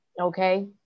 okay